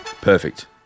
Perfect